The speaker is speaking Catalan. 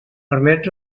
permet